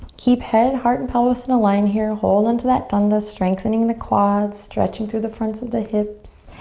keep head, heart, and pelvis in a line here. hold onto that danda strengthening the quads. stretching through the fronts of the hips.